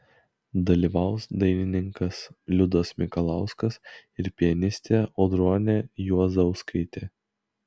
dalyvaus dainininkas liudas mikalauskas ir pianistė audronė juozauskaitė